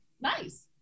Nice